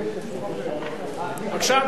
בבקשה.